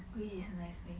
greece is a nice place